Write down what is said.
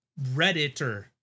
redditor